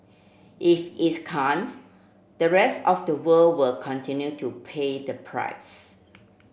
if its can't the rest of the world will continue to pay the price